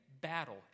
battle